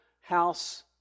house